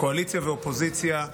קואליציה ואופוזיציה,